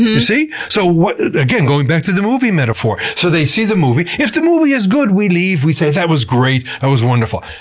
you see? so again, going back to the movie metaphor. so they see the movie, if the movie is good, we leave, we say, that was great, that was wonderful.